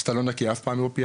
אז אתה לא נקי אף פעם מאופיאטים,